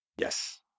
Yes